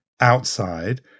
outside